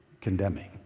condemning